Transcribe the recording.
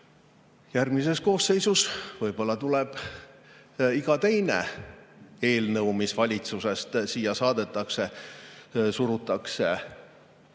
Järgmises koosseisus võib-olla iga teine eelnõu, mis valitsusest siia saadetakse, surutakse